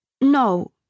No